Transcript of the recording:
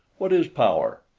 what is power?